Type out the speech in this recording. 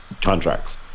contracts